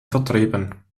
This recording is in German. vertrieben